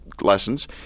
lessons